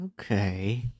Okay